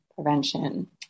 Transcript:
Prevention